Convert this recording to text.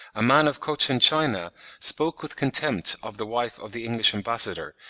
a man of cochin china spoke with contempt of the wife of the english ambassador,